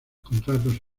contratos